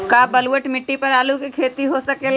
का बलूअट मिट्टी पर आलू के खेती हो सकेला?